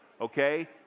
okay